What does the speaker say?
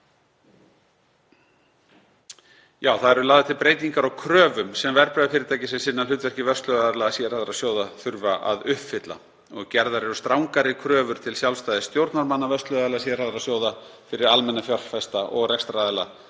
Þá eru lagðar til breytingar á kröfum sem verðbréfafyrirtæki sem sinna hlutverki vörsluaðila sérhæfðra sjóða þurfa að uppfylla og gerðar eru strangari kröfur til sjálfstæðis stjórnarmanna vörsluaðila sérhæfðra sjóða fyrir almenna fjárfesta og rekstraraðila